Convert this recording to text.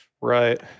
right